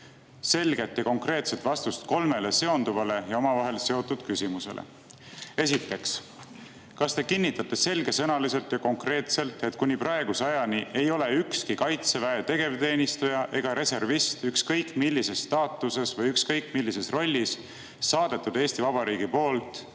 selget ja konkreetset vastust kolmele seonduvale ja omavahel seotud küsimusele. Esiteks, kas te kinnitate selgesõnaliselt ja konkreetselt, et kuni praeguse ajani ei ole ükski Kaitseväe tegevteenistuja ega reservist ükskõik millises staatuses või ükskõik millises rollis saadetud Eesti Vabariigi poolt